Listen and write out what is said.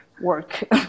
work